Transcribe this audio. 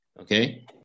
Okay